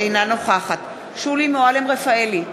אינה נוכחת שולי מועלם-רפאלי,